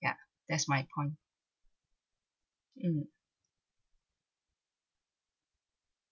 ya that's my point mm